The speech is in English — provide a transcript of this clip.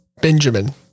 Benjamin